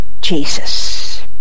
Jesus